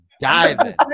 diving